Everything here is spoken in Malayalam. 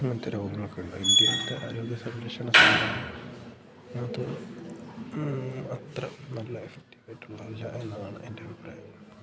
അങ്ങനത്തെ രോഗങ്ങളൊക്കെ ഉണ്ട് ഇന്ത്യത്തെ ആരോഗ്യ സംരക്ഷണം അത് അത്ര നല്ല എഫക്റ്റീവായിട്ടുള്ള അല്ല എന്നാണ് എൻ്റെ അഭിപ്രായം